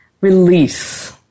release